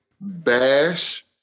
bash